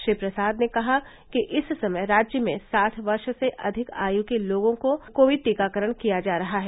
श्री प्रसाद ने कहा कि इस समय राज्य में साठ वर्ष से अधिक आयु के लोगों का कोविड टीकाकरण किया जा रहा है